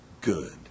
good